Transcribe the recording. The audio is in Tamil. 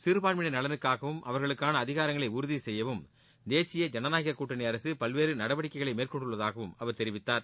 சிறுபான்ஸயினர் நலனுக்காகவும் அவர்களுக்கான அதிகாரங்களை உறுதி செய்யவும் தேசிய ஜனநாயக கூட்டணி அரசு பல்வேறு நடவடிக்கைகளை மேற்கொண்டுள்ளதாகவும் அவர் தெரிவித்தார்